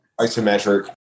isometric